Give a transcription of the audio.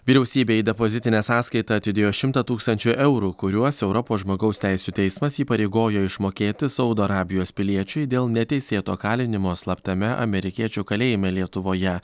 vyriausybė į depozitinę sąskaitą atidėjo šimtą tūkstančių eurų kuriuos europos žmogaus teisių teismas įpareigojo išmokėti saudo arabijos piliečiui dėl neteisėto kalinimo slaptame amerikiečių kalėjime lietuvoje